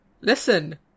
Listen